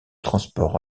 transport